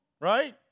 right